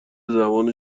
زبان